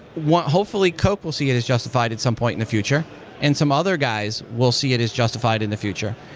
hopefully, coke will see it as justified at some point in the future and some other guys will see it as justified in the future.